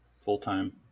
full-time